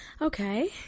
Okay